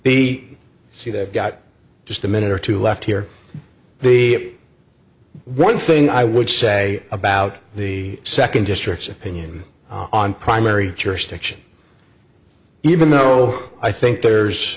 c they've got just a minute or two left here the one thing i would say about the second district's opinion on primary jurisdiction even though i think there's